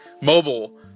mobile